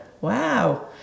Wow